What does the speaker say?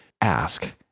ask